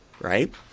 right